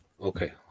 Okay